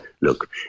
look